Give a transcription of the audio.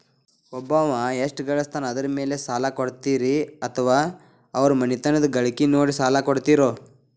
ಒಬ್ಬವ ಎಷ್ಟ ಗಳಿಸ್ತಾನ ಅದರ ಮೇಲೆ ಸಾಲ ಕೊಡ್ತೇರಿ ಅಥವಾ ಅವರ ಮನಿತನದ ಗಳಿಕಿ ನೋಡಿ ಸಾಲ ಕೊಡ್ತಿರೋ?